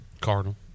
Cardinal